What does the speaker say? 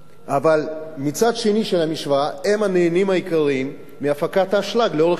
אבל מצד שני של המשוואה הם הנהנים העיקריים מהפקת האשלג לאורך שנים,